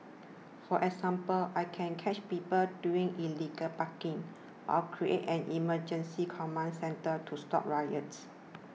for example I can catch people doing illegal parking or create an emergency command centre to stop riots